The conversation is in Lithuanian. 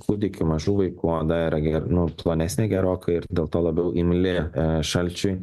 kūdikių mažų vaikų oda yra ge nu plonesnė gerokai ir dėl to labiau imli šalčiui